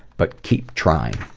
but keep trying!